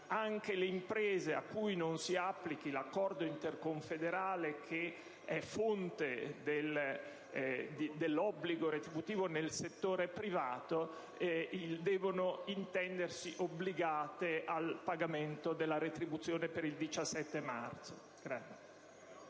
anche le imprese a cui non si applica l'accordo interconfederale (che è fonte dell'obbligo retributivo nel settore privato) devono intendersi obbligate al pagamento della retribuzione per il 17 marzo.